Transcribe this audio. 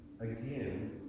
again